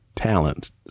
talents